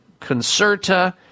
Concerta